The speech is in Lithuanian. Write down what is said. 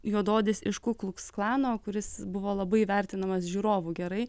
juodaodis iš kukluks klano kuris buvo labai vertinamas žiūrovų gerai